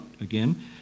again